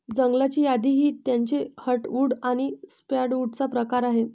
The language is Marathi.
जंगलाची यादी ही त्याचे हर्टवुड आणि सॅपवुडचा प्रकार आहे